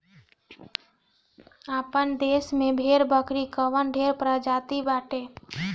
आपन देस में भेड़ बकरी कअ ढेर प्रजाति बाटे